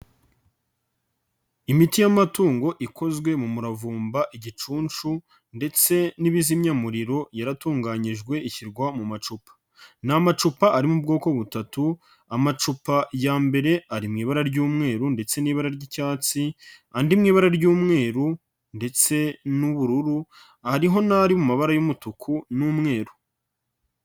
Imiti y'amatungo ikozwe mu muravumba, igicunshu ndetse n'ibizimyamuriro yaratunganyijwe ishyirwa mu macupa, ni amacupa ari mu ubwoko butatu amacupa ya mbere ari mu ibara ry'umweru ndetse n'ibara ry'icyatsi, andi mu ibara ry'umweru ndetse n'ubururu, ariho n'ari mu mabara y'umutuku n'umweru.